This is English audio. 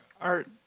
art